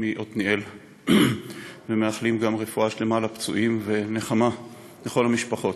אנו גם מאחלים רפואה שלמה לפצועים ונחמה לכל המשפחות.